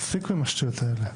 תפסיקו עם השטויות האלה.